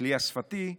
הכלי השפתי,